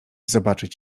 zobaczyć